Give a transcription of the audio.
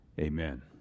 amen